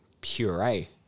puree